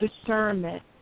discernment